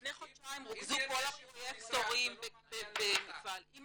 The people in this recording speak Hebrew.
לפני חודשיים רוכזו כל הפרויקטורים --- אם